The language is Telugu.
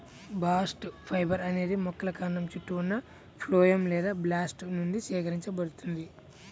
బాస్ట్ ఫైబర్ అనేది మొక్కల కాండం చుట్టూ ఉన్న ఫ్లోయమ్ లేదా బాస్ట్ నుండి సేకరించబడుతుంది